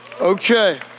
Okay